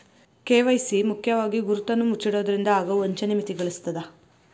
KYC ಮುಖ್ಯವಾಗಿ ಗುರುತನ್ನ ಮುಚ್ಚಿಡೊದ್ರಿಂದ ಆಗೊ ವಂಚನಿ ಮಿತಿಗೊಳಿಸ್ತದ